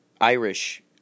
Irish